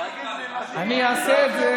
אני אעשה את זה.